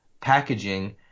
packaging